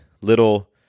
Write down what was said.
little